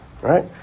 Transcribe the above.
right